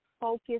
focus